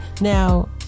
now